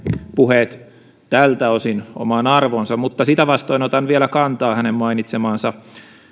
puheensa tältä osin omaan arvoonsa mutta sitä vastoin otan vielä kantaa hänen mainitsemaansa